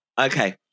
Okay